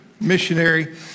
missionary